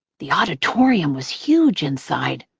the auditorium was huge inside.